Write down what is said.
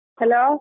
Hello